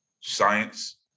science